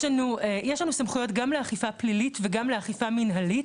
יש לנו סמכויות גם לאכיפה פלילית וגם לאכיפה מנהלית,